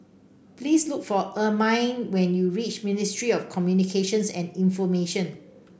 please look for Ermine when you reach Ministry of Communications and Information